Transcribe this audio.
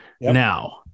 Now